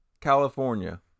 California